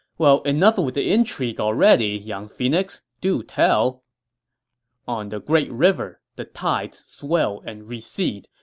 well, enough with the intrigue already, young phoenix. do tell on the great river, the tides swell and recede,